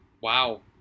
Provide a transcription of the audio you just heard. wow